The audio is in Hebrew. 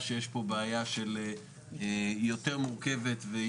בוא תצביע בעד ונקיים את זה.